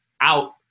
out